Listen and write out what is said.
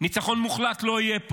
ניצחון מוחלט לא יהיה פה,